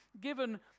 given